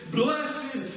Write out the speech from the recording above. blessed